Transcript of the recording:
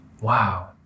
Wow